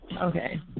Okay